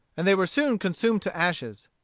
and they were soon consumed to ashes.